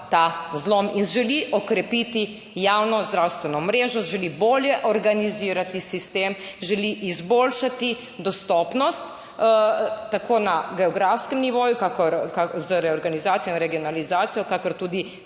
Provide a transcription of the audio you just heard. ta zlom in želi okrepiti javno zdravstveno mrežo. Želi bolje organizirati sistem, želi izboljšati dostopnost tako na geografskem nivoju z reorganizacijo in regionalizacijo, kakor tudi